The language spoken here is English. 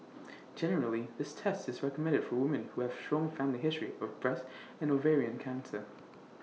generally this test is recommended for women who have A strong family history of breast and ovarian cancer